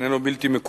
אינו בלתי מקובל,